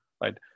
right